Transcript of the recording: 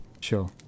Sure